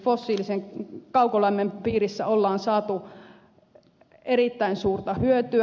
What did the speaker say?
fossiilisen kaukolämmön piirissä on saatu erittäin suurta hyötyä